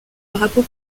drapeau